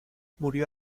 murió